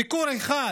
ביקור אחד